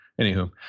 Anywho